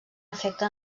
efecte